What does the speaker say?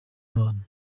imana